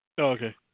okay